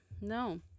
no